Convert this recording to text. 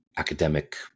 academic